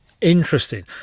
Interesting